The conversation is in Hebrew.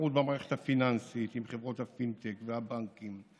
התחרות במערכת הפיננסית עם חברות הפינטק והבנקים,